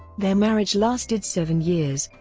their marriage lasted seven years,